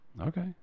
Okay